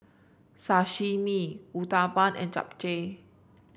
Sashimi Uthapam and Japchae